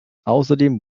außerdem